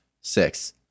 six